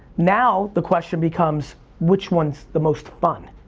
now the question becomes which one's the most fun.